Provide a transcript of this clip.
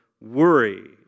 worry